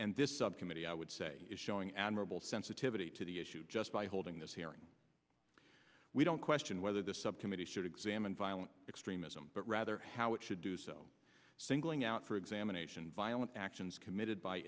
and this subcommittee i would say is showing admirable sensitivity to the issue just by holding this hearing we don't question whether the subcommittee should examine violent extremism but rather how it should do so singling out for examination violent actions committed by